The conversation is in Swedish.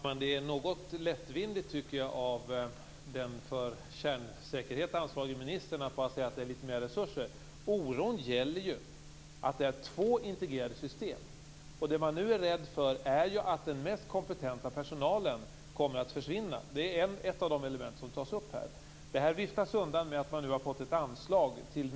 Fru talman! Jag tycker att det är något lättvindigt av den för kärnkraftssäkerhet ansvarige ministern att bara säga att man ger litet mer resurser. Oron gäller att det handlar om två integrerade system. Nu är man rädd för att den mest kompetenta personalen kommer att försvinna. Det är ett av de element som tas upp. Detta viftas undan med att myndigheten nu fått ett anslag.